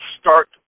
start